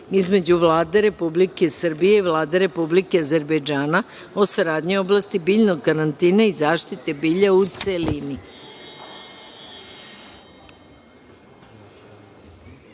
između Vlade Republike Srbije i Vlade Republike Azerbejdžana o saradnji u oblasti biljnog karantina i zaštite bilja, u